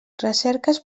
recerques